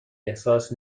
احساس